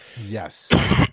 Yes